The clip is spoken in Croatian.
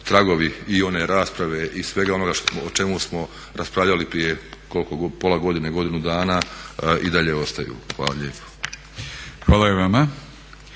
tragovi i one rasprave i svega onoga o čemu smo raspravljali prije pola godine, godinu dana i dalje ostaju. Hvala lijepo. **Batinić,